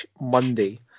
Monday